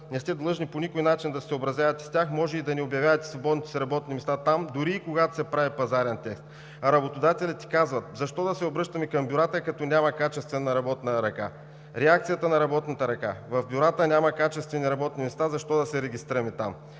не сте длъжни по никакъв начин да се съобразявате с тях. Може и да не обявявате свободните си работни места там, дори и когато се прави пазарен тест“. А работодателите казват: „Защо да се обръщаме към бюрата, като няма качествена работна ръка?“. Реакцията на работната ръка: „В бюрата няма качествени работни места, защо да се регистрираме там?“.